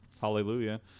Hallelujah